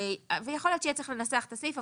שיהיה צריך לנסח את הסעיף,